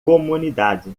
comunidade